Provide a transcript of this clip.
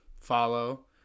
follow